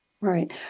Right